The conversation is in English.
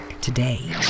today